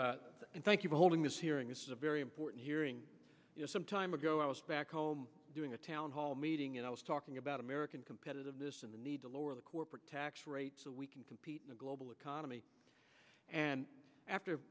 for holding this hearing is a very important hearing some time ago i was back home doing a town hall meeting and i was talking about american competitiveness in the need to lower the corporate tax rate so we can compete in the global economy and after